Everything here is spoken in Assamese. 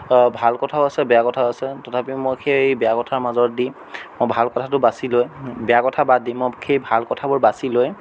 ভাল কথাও আছে বেয়া কথাও আছে তথাপিও মই সেই বেয়া কথাৰ মাজৰেদি মই ভাল কথাটো বাছি লৈ বেয়া কথা বাদ দি মই সেই ভাল কথাবোৰ বাছি লৈ